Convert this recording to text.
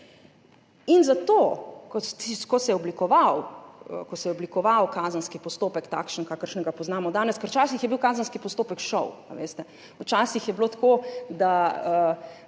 neomejeno. Ko se je oblikoval kazenski postopek, takšen, kakršnega poznamo danes – ker včasih je bil kazenski postopek šov, veste. Včasih je bilo tako, da